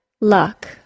luck